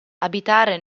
abitare